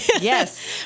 Yes